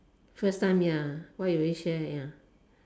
first time ya what will you share ya